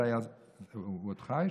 הוא עוד חי?